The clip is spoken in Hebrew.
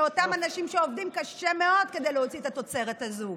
באותם אנשים שעובדים קשה מאוד כדי להוציא את התוצרת הזו.